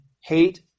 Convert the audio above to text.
hate